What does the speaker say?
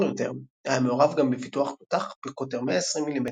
יותר היה מעורב גם בפיתוח תותח בקוטר 120 מ"מ,